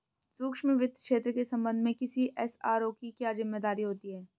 सूक्ष्म वित्त क्षेत्र के संबंध में किसी एस.आर.ओ की क्या जिम्मेदारी होती है?